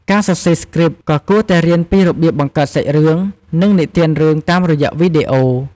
ការសរសេរស្គ្រីប ក៏គួរតែរៀនពីរបៀបបង្កើតសាច់រឿង និងនិទានរឿងតាមរយៈវីដេអូ។